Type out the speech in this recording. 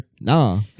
nah